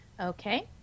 okay